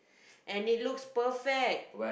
and it looks perfect